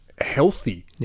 healthy